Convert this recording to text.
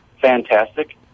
fantastic